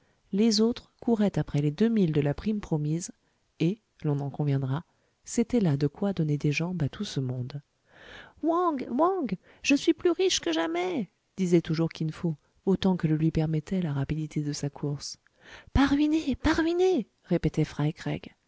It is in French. les autres couraient après les deux mille de la prime promise et l'on en conviendra c'était là de quoi donner des jambes à tout ce monde wang wang je suis plus riche que jamais disait toujours kinfo autant que le lui permettait la rapidité de sa course pas ruiné pas ruiné